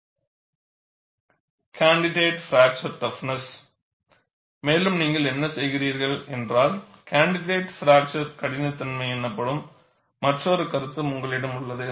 candidate fracture toughness மேலும் நீங்கள் என்ன செய்கிறீர்கள் என்றால் கேண்டிடேட் பிராக்சர் கடினத்தன்மை எனப்படும் மற்றொரு கருத்தும் உங்களிடம் உள்ளது